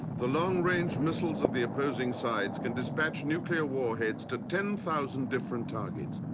the long range missiles of the opposing sides can dispatch nuclear warheads to ten thousand different targets.